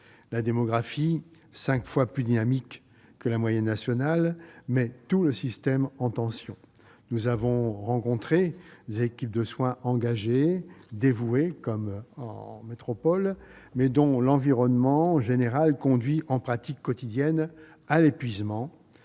La démographie, cinq fois plus dynamique que la moyenne nationale, met tout le système en tension. Nous avons rencontré des équipes de soins engagées et dévouées, à l'instar de celles de métropole, mais que leur environnement général conduit, en pratique quotidienne, à l'épuisement